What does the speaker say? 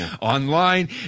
online